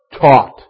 Taught